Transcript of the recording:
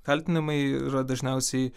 kaltinimai yra dažniausiai